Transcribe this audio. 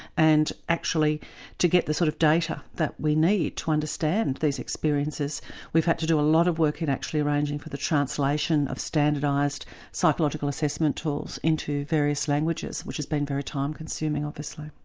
and actually to get the sort of data that we need to understand these experiences we've had to do a lot of work in actually arranging for the translation of standardized psychological assessment tools into various languages, which has been very time consuming, obviously.